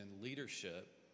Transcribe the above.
leadership